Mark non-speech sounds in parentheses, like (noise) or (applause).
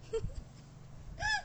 (laughs)